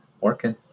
working